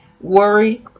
worry